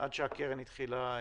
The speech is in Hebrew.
עד שהקרן התחילה לפעול.